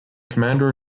commander